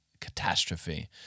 catastrophe